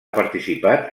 participat